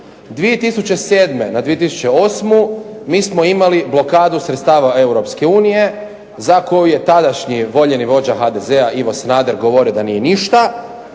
2007. na 2008. mi smo imali blokadu sredstava Europske unije za koju je tadašnji, voljeni vođa HDZ-a Ivo Sanader govorio da nije ništa.